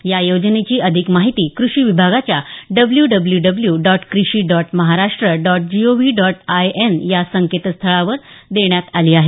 या योजनेची अधिक माहिती कृषी विभागाच्या W W W dot krishi dot Maharashtra dot G O V dot I N या संकेतस्थळावर देण्यात आली आहे